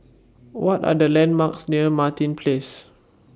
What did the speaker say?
What Are The landmarks near Martin Place